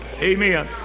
Amen